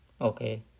okay